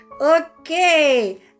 Okay